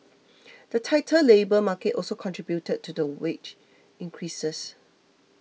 the tighter labour market also contributed to the wage increases